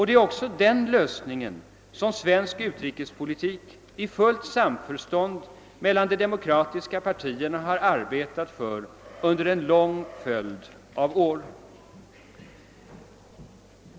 Det är också denna lösning som svensk utrikespolitik i fullt samförstånd mellan de demokratiska partierna har arbetat för under en lång följd av år.